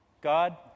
God